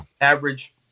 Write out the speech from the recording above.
average